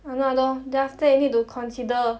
!hannor! !hannor! then after that you need to consider